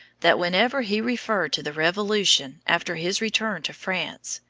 that when ever he referred to the revolution after his return to france,